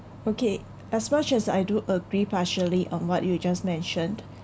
okay as much as I do agree partially on what you just mentioned